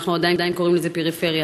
אנחנו עדיין קוראים לזה פריפריה,